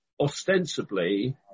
ostensibly